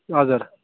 हजुर